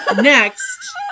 next